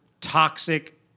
toxic